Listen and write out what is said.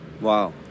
Wow